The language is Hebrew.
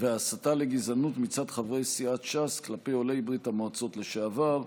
וההסתה לגזענות מצד חברי סיעת ש"ס כלפי עולי ברית המועצות לשעבר.